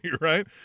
right